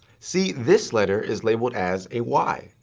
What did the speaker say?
see, this letter is labeled as a y.